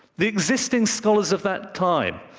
the existing scholars of that time,